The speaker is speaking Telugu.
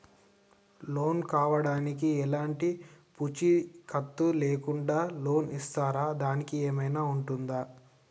లోన్ కావడానికి ఎలాంటి పూచీకత్తు లేకుండా లోన్ ఇస్తారా దానికి ఏమైనా ఉంటుందా?